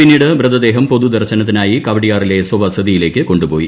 പിന്നീട് മൃതദേഹം പൊതുദർശനത്തിനായി കവടിയാറിലെ സ്വവസതിയിലേയ്ക്ക് കൊണ്ടുപോയി